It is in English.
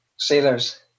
Sailors